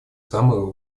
самого